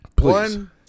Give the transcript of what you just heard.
One